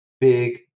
big